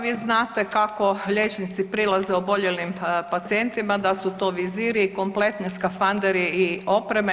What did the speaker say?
Vi znate kako liječnici prilaze oboljelim pacijentima, da su to viziri i kompletni skafanderi i opreme.